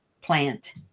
plant